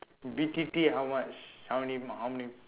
B_T_T how much how many mark how many